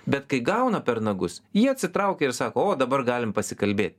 bet kai gauna per nagus ji atsitraukia ir sako o dabar galim pasikalbėt